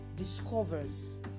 discovers